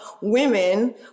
women